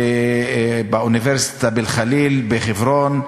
באוניברסיטה באל-ח'ליל, בחברון,